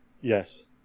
Yes